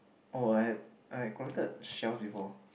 oh I had I had collected shells before